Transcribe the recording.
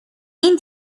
این